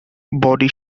body